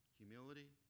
humility